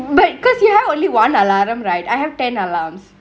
but cause you have only one alarm right I have ten alarms